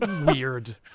Weird